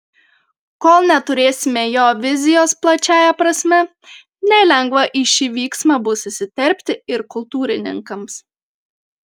kol neturėsime jo vizijos plačiąja prasme nelengva į šį vyksmą bus įsiterpti ir kultūrininkams